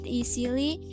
easily